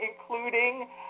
including